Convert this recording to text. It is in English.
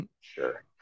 sure